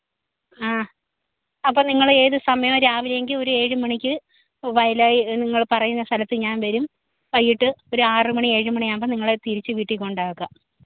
ആ അപ്പോൾ നിങ്ങള് ഏത് സമയം രാവിലെ എങ്കിൽ ഒരു ഏഴ് മണിക്ക് വയലായി നിങ്ങൾ പറയുന്ന സ്ഥലത്ത് ഞാൻ വരും വൈകിട്ട് ഒരു ആറുമണി ഏഴ് മണിയാകുമ്പോൾ നിങ്ങളെ തിരിച്ച് വീട്ടിൽ കൊണ്ടാക്കാം